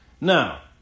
Now